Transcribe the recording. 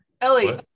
Ellie